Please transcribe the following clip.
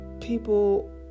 people